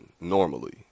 normally